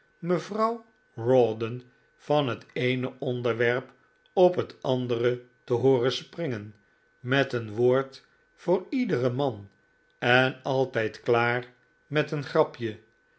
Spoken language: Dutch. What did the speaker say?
mevrouw rawdon van het eene onderwerp op het andere te hooren springen met een woord voor iederen man en altijd klaar met een grapje